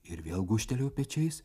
ir vėl gūžtelėjo pečiais